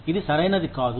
ఇది సరైనది కాదు